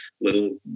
little